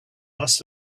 must